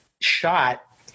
shot